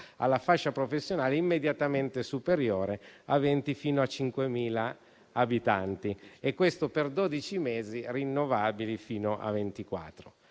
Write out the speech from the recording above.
alla fascia professionale immediatamente superiore aventi fino a 5.000 abitanti e questo per dodici mesi rinnovabili fino a